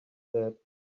that